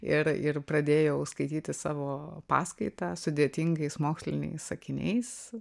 ir ir pradėjau skaityti savo paskaitą sudėtingais moksliniais sakiniais